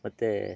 ಮತ್ತು